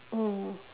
mm